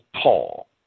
Paul